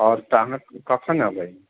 आओर तऽ अहाँ कखन एबै